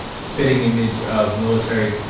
spitting image of military